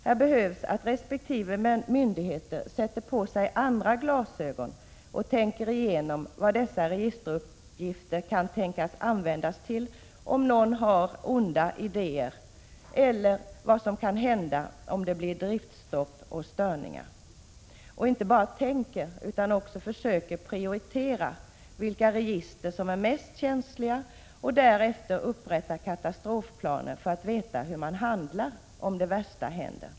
Här behövs att resp. myndighet sätter på sig andra glasögon och tänker igenom vad dessa registeruppgifter kan tänkas användas till om någon har onda idéer eller vad som händer om det blir driftstopp eller störningar. Det räcker inte med att bara tänka efter, utan det gäller också att försöka prioritera och ta reda på vilka register som är mest känsliga och därefter upprätta katastrofplaner för att veta hur man handlar om det värsta händer.